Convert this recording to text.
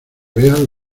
veas